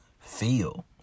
feel